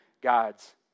God's